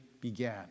began